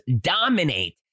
dominate